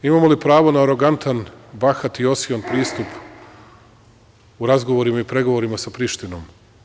Dakle, imamo li pravo na arogantan, bahat i osion pristup u razgovorima i pregovorima sa Prištinom?